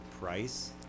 price